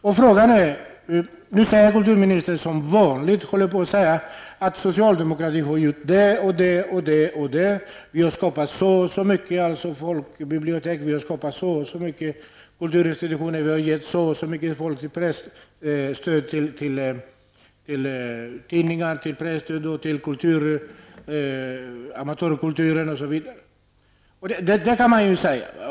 Nu säger kulturministern -- som vanligt, höll jag på att säga -- att socialdemokraterna har gjort det ena efter det andra. Vi har skapat så och så många folkbibliotek, kulturinstitutioner och vi har gett så och så mycket stöd till tidningar genom presstöd och till amatörkulturen osv. Det kan man ju säga.